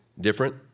different